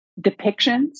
depictions